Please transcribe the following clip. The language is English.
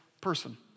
person